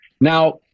Now